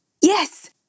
yes